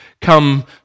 come